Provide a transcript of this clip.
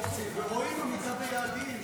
תקציב ורואים עמידה ביעדים,